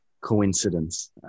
coincidence